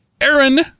Aaron